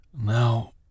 Now